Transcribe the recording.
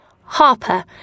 Harper